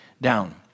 down